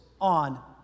on